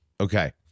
Okay